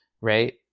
right